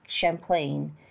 Champlain